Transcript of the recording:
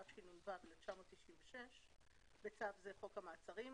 התשנ"ו-1996 (בצו זה חוק המעצרים),